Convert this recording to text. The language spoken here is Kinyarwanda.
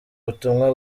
butumwa